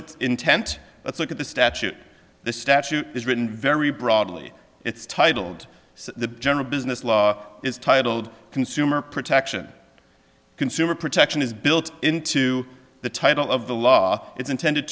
its intent let's look at the statute the statute is written very broadly it's titled the general business law is titled consumer protection consumer protection is built into the title of the law it's intended